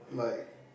like